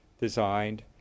designed